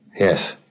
Yes